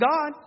God